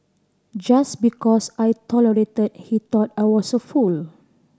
just because I tolerated he thought I was a fool